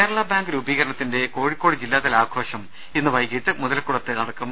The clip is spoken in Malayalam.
കേരള ബാങ്ക് രൂപീകരണത്തിന്റെ കോഴിക്കോട് ജില്ലാതല ആഘോഷം ഇന്ന് വൈകീട്ട് മുതലക്കുളത്ത് നടക്കും